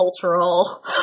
cultural